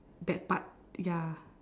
that part ya